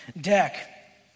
deck